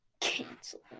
Cancel